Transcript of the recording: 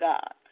God